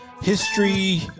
history